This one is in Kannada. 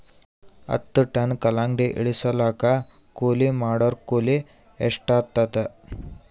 ಹತ್ತ ಟನ್ ಕಲ್ಲಂಗಡಿ ಇಳಿಸಲಾಕ ಕೂಲಿ ಮಾಡೊರ ಕೂಲಿ ಎಷ್ಟಾತಾದ?